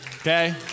Okay